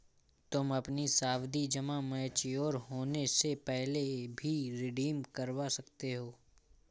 तुम अपनी सावधि जमा मैच्योर होने से पहले भी रिडीम करवा सकते हो